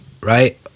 right